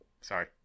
Sorry